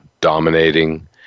dominating